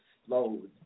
explode